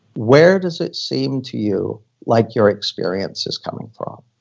where does it seem to you like your experience is coming from?